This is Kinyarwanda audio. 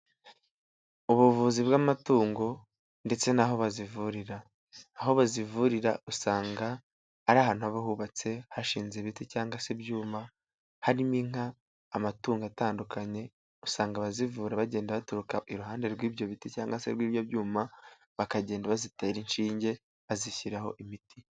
Ubuvuzi bw'amatungo ndetse n'aho bazivurira, aho bazivurira usanga ari ahantu haba hubatse hashinze ibiti cyangwa se ibyuma harimo inka, amatungo atandukanye, usanga abazivura bagenda baturuka iruhande rw'ibyo biti cyangwa se rw'ibyo byuma, bakagenda bazitera inshinge bazishyiraho imiti.